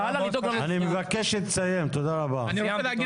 אני רוצה להגיד